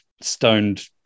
stoned